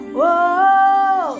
Whoa